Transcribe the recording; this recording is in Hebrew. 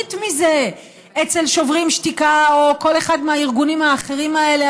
עשירית מזה אצל שוברים שתיקה או כל אחד מהארגונים האחרים האלה,